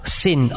sin